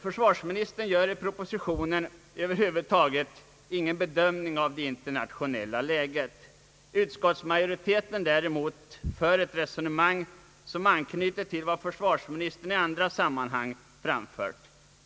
Försvarsministern gör i propositionen över huvud taget ingen bedömning av det internationella läget. Utskottsmajoriteten däremot för ett resonemang som anknyter till vad försvarsministern i andra sammanhang framfört.